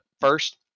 first